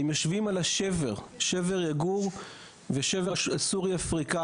הם יושבים על השבר, שבר יגור והשבר הסורי-אפריקאי,